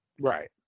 right